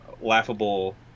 laughable